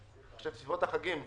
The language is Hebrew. אני חושב שבסביבות החגים.